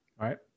Right